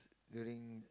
during